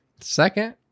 Second